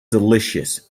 delicious